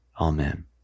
Amen